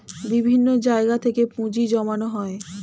বিভিন্ন জায়গা থেকে পুঁজি জমানো হয়